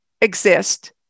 exist